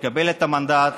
לקבל את המנדט,